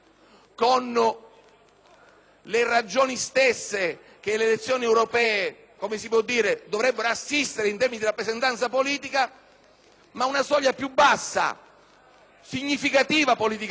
le ragioni che le elezioni europee dovrebbero assistere in termini di rappresentanza politica, ma una soglia più bassa e politicamente